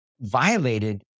violated